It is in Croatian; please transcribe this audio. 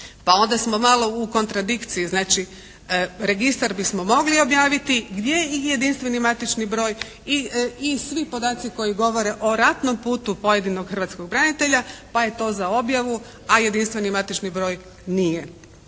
Pa onda smo malo u kontradikciji. Znači registar bismo mogli objaviti gdje je i jedinstveni matični broj i svi podaci koji govore o ratnom putu pojedinog hrvatskog branitelja pa je to za objavu, a jedinstveni matični broj nije.